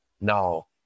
Now